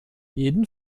jeden